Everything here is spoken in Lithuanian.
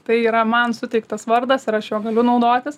tai yra man suteiktas vardas ir aš juo galiu naudotis